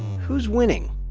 who's winning?